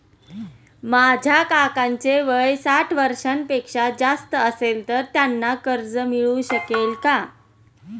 माझ्या काकांचे वय साठ वर्षांपेक्षा जास्त असेल तर त्यांना कर्ज मिळू शकेल का?